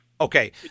Okay